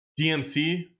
DMC